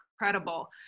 incredible